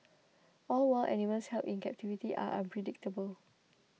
all wild animals held in captivity are unpredictable